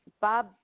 Bob